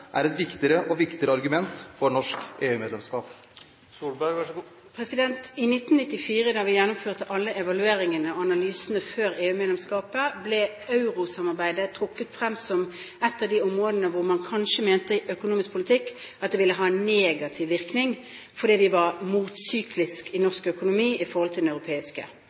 er et viktigere og viktigere argument for norsk EU-medlemskap? I 1994, da vi gjennomførte alle evalueringene og analysene før EU-medlemskapet, ble eurosamarbeidet trukket frem som et av de områdene hvor man kanskje mente at det i økonomisk politikk ville ha en negativ virkning, fordi de var motsyklisk i norsk økonomi i forhold den europeiske